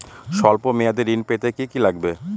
সল্প মেয়াদী ঋণ পেতে কি কি লাগবে?